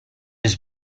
has